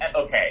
okay